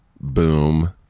Boom